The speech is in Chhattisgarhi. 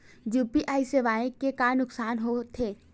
यू.पी.आई सेवाएं के का नुकसान हो थे?